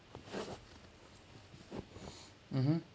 mmhmm